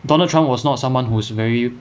donald trump was not someone who's very